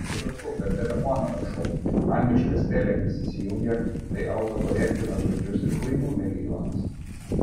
atsiprašau per telefoną rašau angliškas spelingas įsijungia tai autokorektina žodžius ir klaidų milijonas